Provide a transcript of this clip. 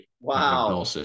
Wow